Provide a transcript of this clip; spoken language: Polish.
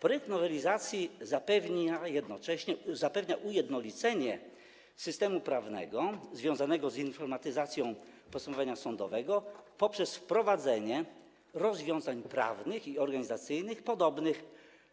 Tryb nowelizacji zapewnia ujednolicenie systemu prawnego związanego z informatyzacją postępowania sądowego poprzez wprowadzenie rozwiązań prawnych i organizacyjnych podobnych